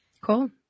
Cool